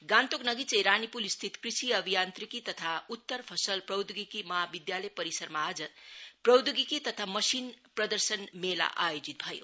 गान्तोकनजीकै रानीपूल स्थित कृषि अभियान्त्रिकी तथा उत्तर फसल प्रौधोगिकी महाविधालय परिसरमा आज प्रौधोगिकी तथा मशिन प्रदर्शन मेला आयोजित भयो